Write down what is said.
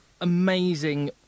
amazing